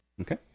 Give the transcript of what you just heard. Okay